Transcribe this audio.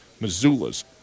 Missoula's